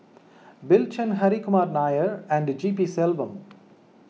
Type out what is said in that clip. Bill Chen Hri Kumar Nair and G P Selvam